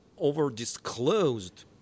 over-disclosed